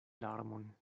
larmon